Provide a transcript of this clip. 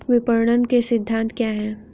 विपणन के सिद्धांत क्या हैं?